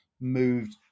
moved